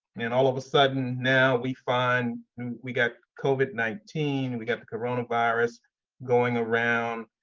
and all of a sudden, now we find we got covid nineteen and we got the corona virus going around.